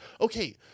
Okay